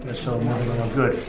that's all good.